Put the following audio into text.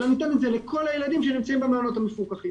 אלא נותן את זה לכל הילדים שנמצאים במעונות המפוקחים